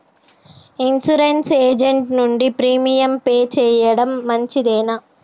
Insurance agent నుండి premium pay చేయడం మంచిదేనా?